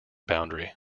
boundary